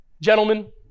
gentlemen